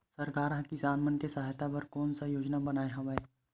सरकार हा किसान मन के सहायता बर कोन सा योजना बनाए हवाये?